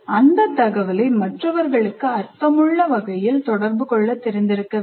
அந்த தகவலை மற்றவர்களுக்கு அர்த்தமுள்ள வகையில் தொடர்பு கொள்ள தெரிந்திருக்க வேண்டும்